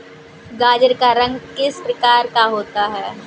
गाजर का रंग किस प्रकार का होता है?